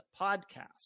Podcast